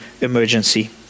emergency